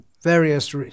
various